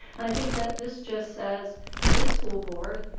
and i think that this just says this school board,